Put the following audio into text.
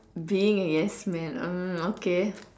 being yes man hmm okay